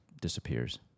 disappears